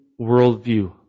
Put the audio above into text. worldview